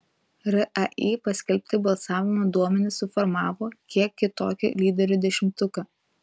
rai paskelbti balsavimo duomenys suformavo kiek kitokį lyderių dešimtuką